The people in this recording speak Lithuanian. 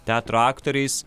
teatro aktoriais